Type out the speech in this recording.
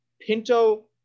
Pinto